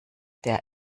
der